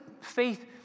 faith